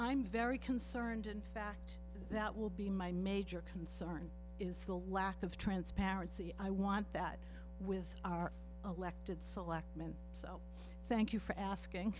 i'm very concerned in fact that will be my major concern is the lack of transparency i want that with our elected selectman so thank you for asking